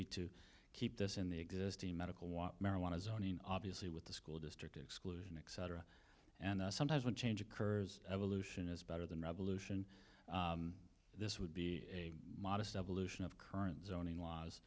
be to keep this in the existing medical want marijuana zoning obviously with the school district exclusion exciter and sometimes when change occurs evolution is better than revolution this would be a modest evolution of current zoning laws